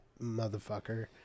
motherfucker